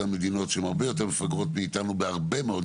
גם מדינות שהן הרבה יותר מפגרות מאיתנו בהרבה מאוד